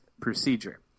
procedure